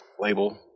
label